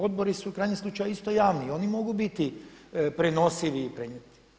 Odbori su u krajnjem slučaju isto javni i oni mogu biti prenosivi i prenijeti.